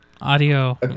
Audio